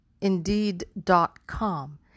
indeed.com